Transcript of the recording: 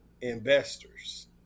investors